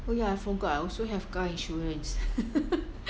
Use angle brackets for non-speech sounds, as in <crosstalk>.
oh ya I forgot I also have car insurance <laughs>